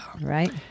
Right